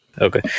Okay